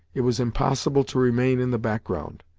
it was impossible to remain in the back ground.